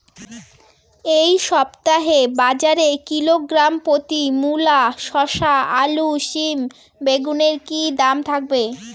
এই সপ্তাহে বাজারে কিলোগ্রাম প্রতি মূলা শসা আলু সিম বেগুনের কী দাম থাকবে?